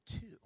two